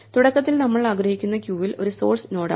തുടക്കത്തിൽ നമ്മൾ ആഗ്രഹിക്കുന്ന ക്യൂവിൽ ഒരു സോഴ്സ് നോഡാണ്